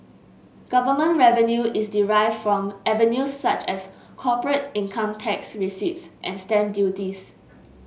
government revenue is derived from avenues such as corporate income tax receipts and stamp duties